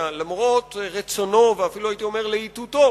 למרות רצונו ואפילו הייתי אומר להיטותו